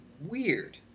weird